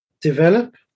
develop